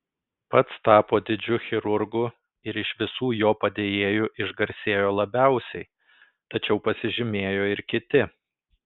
pats tapo didžiu chirurgu ir iš visų jo padėjėjų išgarsėjo labiausiai tačiau pasižymėjo ir kiti